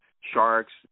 Sharks